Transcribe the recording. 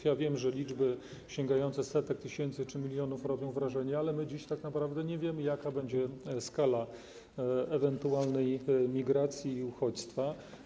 Ja wiem, że liczby sięgające setek tysięcy czy milionów robią wrażenie, ale my dziś tak naprawdę nie wiemy, jaka będzie skala ewentualnej migracji i uchodźstwa.